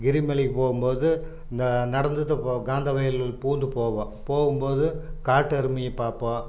கிரி மலைக்கு போகும் போது இந்த நடந்துதான் போவோம் காந்த மைல் பூந்து போவோம் போகும் போது காட்டெருமையை பார்ப்போம்